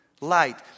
light